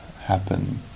happen